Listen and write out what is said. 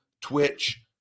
Twitch